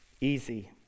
Easy